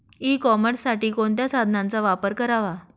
E कॉमर्ससाठी कोणत्या साधनांचा वापर करावा?